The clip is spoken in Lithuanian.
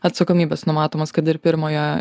atsakomybės numatomas kad ir pirmojo